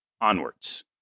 Onwards